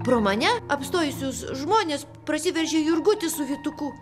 pro mane apstojusius žmones prasiveržė jurgutis su vytuku